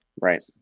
Right